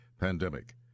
pandemic